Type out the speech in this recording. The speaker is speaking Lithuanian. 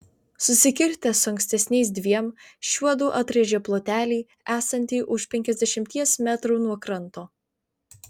susikirtę su ankstesniais dviem šiuodu atrėžė plotelį esantį už penkiasdešimties metrų nuo kranto